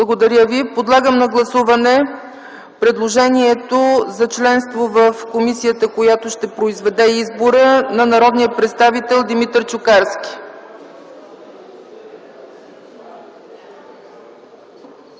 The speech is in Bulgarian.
не е прието. Подлагам на гласуване предложението за членство в комисията, която ще проведе избора, на народния представител Димитър Чукарски.